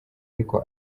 ariko